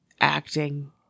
acting